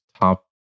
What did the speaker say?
Top